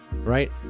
right